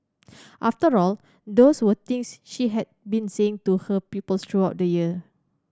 after all those were things she had been saying to her pupils throughout the year